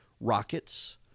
Rockets